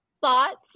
thoughts